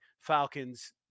Falcons